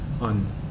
on